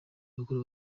bakuru